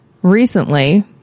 Recently